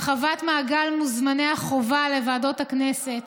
הרחבת מעגל מוזמני החובה לוועדות הכנסת,